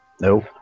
Nope